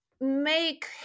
make